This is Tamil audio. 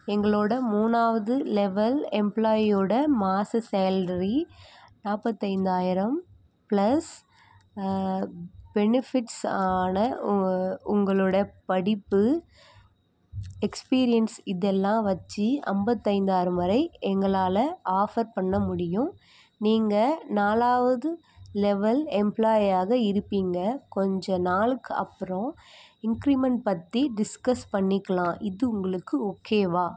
எங்களோட மூணாவது லெவல் எம்ப்ளாயியோட மாத சேல்ரி நாற்பத்தைந்தாயிரம் ப்ளஸ் பெனிஃபிட்ஸ் ஆனா உங்க உங்களுடைய படிப்பு எக்ஸ்பீரியன்ஸ் இதெல்லாம் வைச்சி ஐம்பத்தைந்தாயிரம் வரை எங்களால் ஆஃபர் பண்ண முடியும் நீங்கள் நாலாவது லெவல் எம்ப்ளாயியாக இருப்பீங்க கொஞ்சம் நாளுக்கு அப்புறம் இன்க்ரீமெண்ட் பற்றி டிஸ்கஸ் பண்ணிக்கலாம் இது உங்களுக்கு ஓகேவா